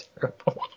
Terrible